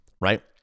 right